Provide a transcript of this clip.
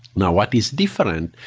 now what is different,